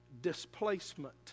displacement